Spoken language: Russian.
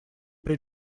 при